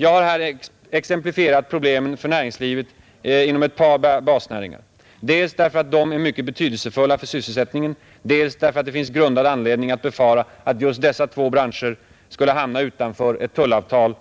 Jag har här exemplifierat problemen för näringslivet med ett par basnäringar, dels därför att de är mycket betydelsefulla för sysselsättningen, dels därför att det finns grundad anledning att befara att just dessa två branscher skulle hamna utanför ett tullavtal